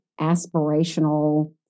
aspirational